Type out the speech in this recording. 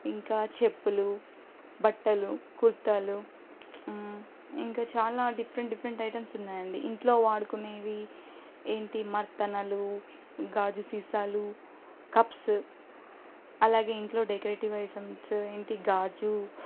ఇంకా చెప్పులు బట్టలు కుర్తాలు ఇంకా చాలా డిఫరెంట్ డిఫరెంట్ ఐటమ్స్ ఉన్నాయండి ఇంట్లో వాడుకునేవి ఏంటి మర్తనలు ఇంకా గాజు సీసాలు కప్స్ అలాగే ఇంట్లో డెకరేటివ్ ఐటమ్స్ ఇంటికి గాజు